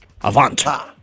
Avanta